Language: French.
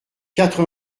quatre